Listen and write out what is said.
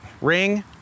ring